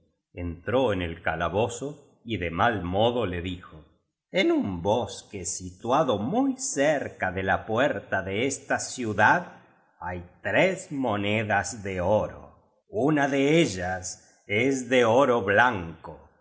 entró en el calabozo y de mal modo le dijo en un bosque situado muy cerca de la puerta de esta ciudad hay tres monedas de oro una de ellas es de oro blan co